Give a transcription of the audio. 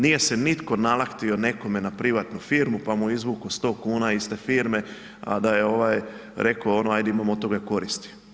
Nije se nitko nalaktio nekome na privatnu firmu pa mu izvuko 100 kuna iz te firme, a da je ovaj reko ono ajd imam od toga koristi.